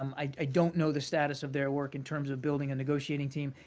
um i don't know the status of their work in terms of building a negotiating team.